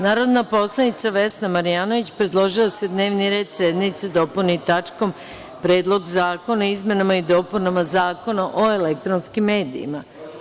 Narodna poslanica Vesna Marjanović predložila je da se dnevni red sednice dopuni tačkom - Predlog zakona o izmenama i dopunama Zakona o elektronskim medijima.